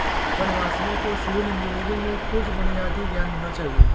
वनवासियों को civil engineering में कुछ बुनियादी ज्ञान होना चाहिए